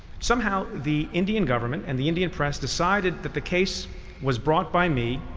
somehow the indian government and the indian press decided that the case was brought by me,